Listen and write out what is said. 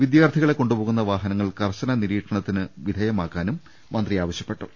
വിദ്യാർത്ഥികളെ കൊണ്ടു പോകുന്ന വാഹനങ്ങൾ കർശന നിരീക്ഷണത്തിന് വിധേയമാക്കാനും മന്ത്രി ആവശ്യപ്പെട്ടു